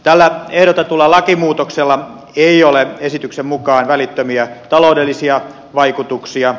tällä ehdotetulla lakimuutoksella ei ole esityksen mukaan välittömiä taloudellisia vaikutuksia